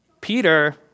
Peter